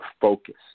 focus